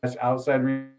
outside